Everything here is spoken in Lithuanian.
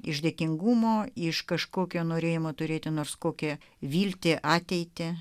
iš dėkingumo iš kažkokio norėjimo turėti nors kokią viltį ateitį